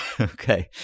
Okay